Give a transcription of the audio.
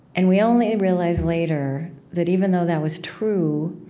and we only realized later that even though that was true,